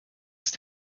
ist